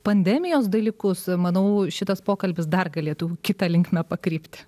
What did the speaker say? pandemijos dalykus manau šitas pokalbis dar galėtų kita linkme pakrypti